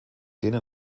denen